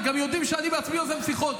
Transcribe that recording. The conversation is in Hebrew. וגם יודעים שאני בעצמי יוזם שיחות.